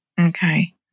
Okay